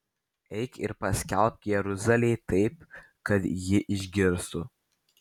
eik ir paskelbk jeruzalei taip kad ji išgirstų